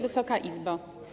Wysoka Izbo!